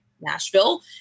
nashville